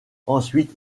ensuite